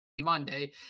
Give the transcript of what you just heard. Monday